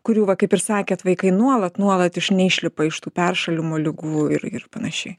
kurių va kaip ir sakėt vaikai nuolat nuolat iš neišlipa iš tų peršalimo ligų ir ir panašiai